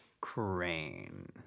Crane